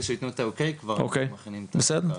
שיתנו את האישור אנחנו כבר מכינים את הקרקע.